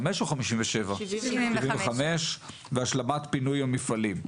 75 והשלמת פינוי המפעלים.